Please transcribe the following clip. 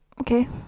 Okay